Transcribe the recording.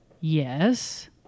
yes